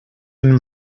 nous